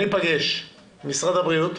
וניפגש עם משרד הבריאות,